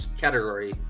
category